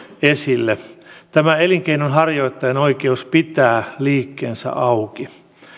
esille tämän elinkeinonharjoittajan oikeuden pitää liikkeensä auki